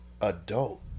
adult